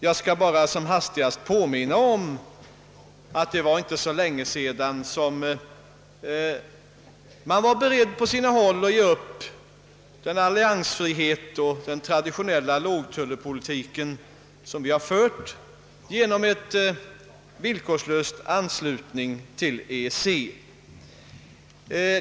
Jag skall som hastigast påminna om att det inte var så länge sedan som man på sina håll var beredd att ge upp alliansfriheten och den traditionella lågtullpolitiken för att få till stånd en villkorslös anslutning till EEC.